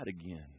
again